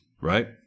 right